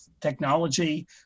technology